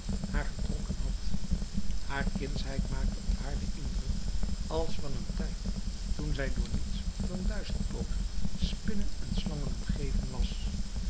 haar getrokken had haar kindsheid maakte op haar den indruk als van een tijd toen zij door niets dan duizendpooten spinnen en slangen omgeven was